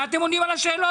מה אתם עונים על השאלות?